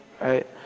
right